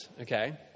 okay